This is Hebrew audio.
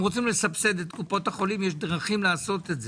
אתם רוצים לסבסד את קופות החולים יש דרכים לעשות את זה.